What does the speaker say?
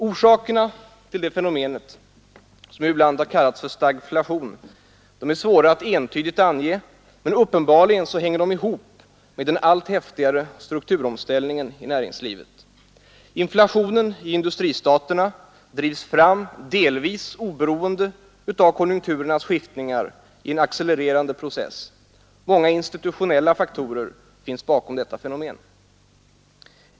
Orsakerna till detta fenomen, som ibland kallats stagflation, är svåra att entydigt ange, men uppenbarligen hänger de ihop med den allt häftigare strukturomställningen inom näringslivet. Inflationen i industristaterna drivs fram, delvis oberoende av konjunkturernas skiftningar i en accelererande process. Många institutionella faktorer finns bakom detta fenomen.